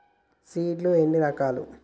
Seed లు ఎన్ని రకాలు?